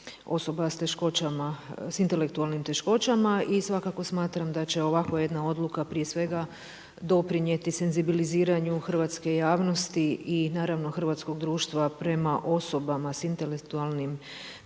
osoba sa teškoćama, sa intelektualnim teškoćama i svakako smatram da će ovakva jedna odluka prije svega doprinijeti senzibiliziranju hrvatske javnosti i naravno hrvatskog društva prema osobama sa intelektualnim teškoćama